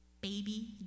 baby